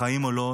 חיים או לא,